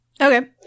Okay